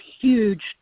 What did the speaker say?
huge